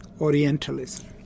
Orientalism